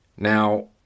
Now